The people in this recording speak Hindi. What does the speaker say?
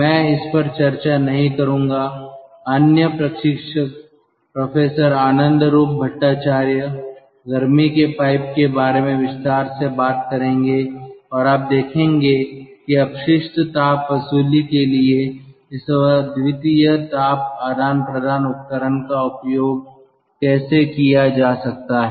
मैं इस पर चर्चा नहीं करूंगा अन्य प्रशिक्षक प्रोफेसर आनंदरूप भट्टाचार्य गर्मी के पाइप के बारे में विस्तार से बात करेंगे और आप देखेंगे कि अपशिष्ट ताप वसूली के लिए इस अद्वितीय ताप आदान प्रदान उपकरण का उपयोग कैसे किया जा सकता है